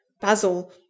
Basil